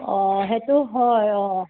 অঁ সেইটো হয়